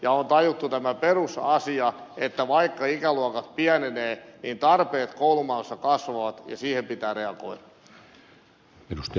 on tajuttu tämä perusasia että vaikka ikäluokat pienenevät niin tarpeet koulumaailmassa kasvavat ja siihen pitää reagoida